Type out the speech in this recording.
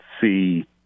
see